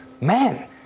man